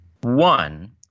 One